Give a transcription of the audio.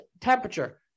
temperature